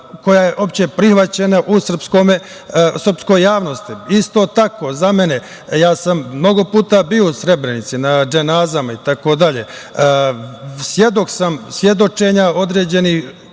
koja je opšte prihvaćena u srpskoj javnosti. Isto tako, za mene, ja sam mnogo puta bio u Srebrenici na dženazama, itd, svedok sam svedočenja određenih